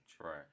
Right